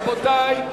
רבותי,